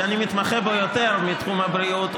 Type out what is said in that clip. שאני מתמחה בו יותר מתחום הבריאות,